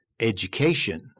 education